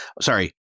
Sorry